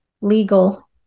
legal